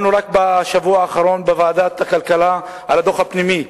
רק בשבוע האחרון דנו בוועדת הכלכלה על הדוח הפנימי,